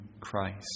Christ